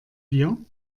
bier